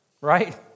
right